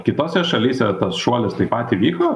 kitose šalyse tas šuolis taip pat įvyko